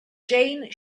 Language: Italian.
jane